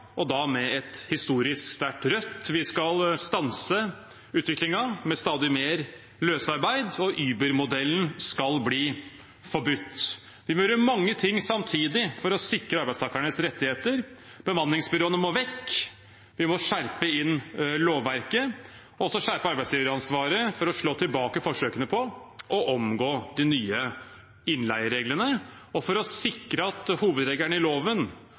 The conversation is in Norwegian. da med et historisk sterkt Rødt – skal vi stanse utviklingen med stadig mer løsarbeid, og Uber-modellen skal bli forbudt. Vi må gjøre mange ting samtidig for å sikre arbeidstakernes rettigheter. Bemanningsbyråene må vekk. Vi må skjerpe inn lovverket og skjerpe arbeidsgiveransvaret for å slå tilbake forsøkene på å omgå de nye innleiereglene og for å sikre at hovedregelen i loven,